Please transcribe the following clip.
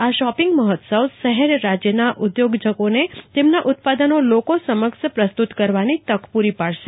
આ શોપિંગ મહોત્સવ શહેર રાજ્યના ઉદ્યોજકોને તેમના ઉત્પાદનો લોકો સમક્ષ પ્રસ્તુત કરવાની તક પૂરી પાડશે